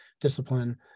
discipline